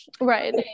right